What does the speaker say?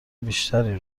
بیشتری